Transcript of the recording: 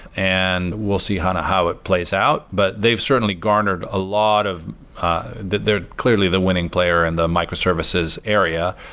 and we'll see how and how it plays out. but they've certainly garnered a lot of that they're clearly the winning player in the microservices area.